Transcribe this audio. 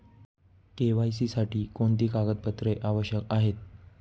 KYC साठी कोणती कागदपत्रे आवश्यक आहेत?